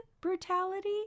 brutality